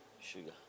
sugar